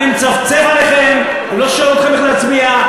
אני מצפצף עליכם ולא שואל אתכם איך להצביע.